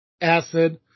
Acid